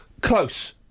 Close